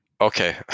Okay